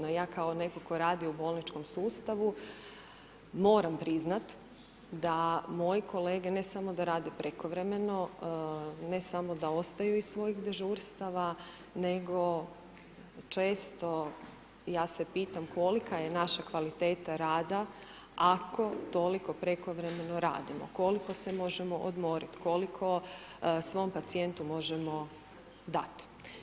No ja kao netko tko radi u bolničkom sustavu moram priznat da moji kolege, ne samo da rade prekovremeno, ne samo da ostaju iza svojih dežurstava, nego često ja se pitam kolika je naša kvaliteta rada ako toliko prekovremeno radimo, koliko se možemo odmorit, koliko svom pacijentu možemo dat?